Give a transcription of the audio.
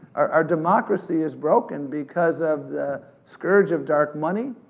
our democracy is broken because of the surge of dark money,